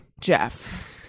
Jeff